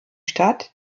stadt